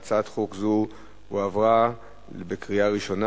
ההצעה להעביר את הצעת חוק לתיקון פקודת מס הכנסה (מס' 187)